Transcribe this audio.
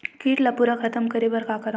कीट ला पूरा खतम करे बर का करवं?